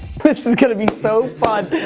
this is gonna be so fun.